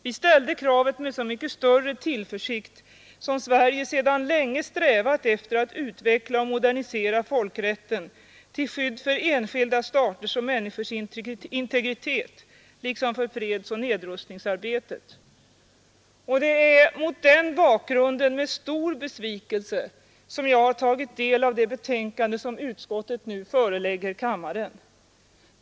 Vi ställde kravet med så mycket större tillförsikt som Sverige sedan länge strävat efter att utveckla och modernisera folkrätten till skydd för enskilda staters och människors integritet liksom för fredsoch nedrustningsarbetet. Det är därför med stor besvikelse som jag tagit del av det betänkande som utskottet nu förelägger kammaren.